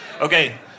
Okay